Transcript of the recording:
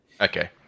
Okay